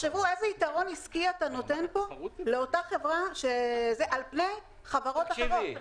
גם תחשבו איזה יתרון עסקי אתה נותן פה לאותה חברה על פני חברות אחרות.